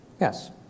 Yes